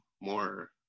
more